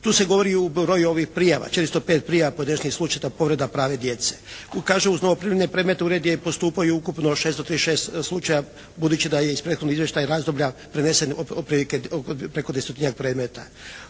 Tu se govori i o broju ovih prijava, 405 prijava podnesenih slučajeva povrede prava djece. Kažu uz novoprimljene predmete ured je postupao i ukupno 636 slučaja, budući da je iz prethodnih izvještajnih razdoblja preneseno otprilike preko dvjestotinjak predmeta.